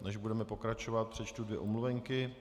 Než budeme pokračovat, přečtu dvě omluvenky.